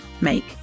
make